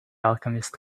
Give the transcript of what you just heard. alchemist